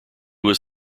was